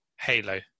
Halo